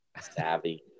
savvy